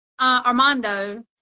Armando